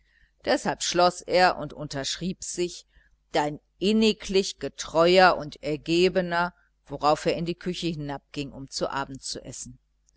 deshalb schloß er und unterschrieb sich dein inniglich getreuer und ergebener worauf er in die küche hinabging um zu abend zu essen